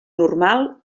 normal